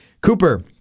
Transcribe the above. Cooper